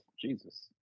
Jesus